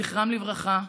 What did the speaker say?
זכרם לברכה,